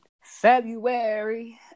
February